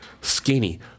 skinny